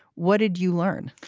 what did you learn?